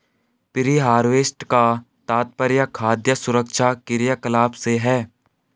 pre harvest का तात्पर्य खाद्य सुरक्षा क्रियाकलाप से है